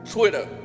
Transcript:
Twitter